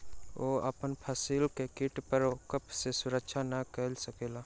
ओ अपन फसिल के कीट प्रकोप सॅ सुरक्षित नै कय सकला